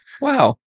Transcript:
Wow